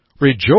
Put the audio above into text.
Rejoice